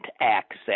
access